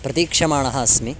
प्रतीक्षमाणः अस्मि